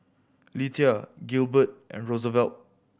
Lethia Gilbert and Rosevelt